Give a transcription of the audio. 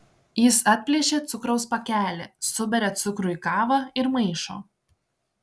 jis atplėšia cukraus pakelį suberia cukrų į kavą ir maišo